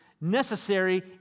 necessary